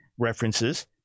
references